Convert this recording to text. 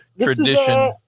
tradition